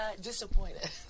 disappointed